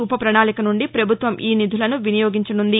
ఉపప్రణాళిక నుండి ప్రభుత్వం ఈ నిధులను వినియోగించనున్నది